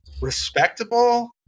respectable